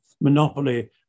monopoly